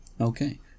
Okay